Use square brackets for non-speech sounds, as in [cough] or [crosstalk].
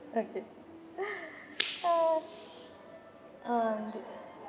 okay [laughs] uh ah